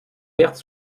pertes